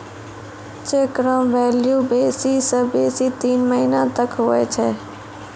cheque रो value बेसी से बेसी तीन महीना तक हुवै छै